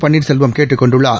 பன்னீர்செல்வம் கேட்டுக் கொண்டுள்ளார்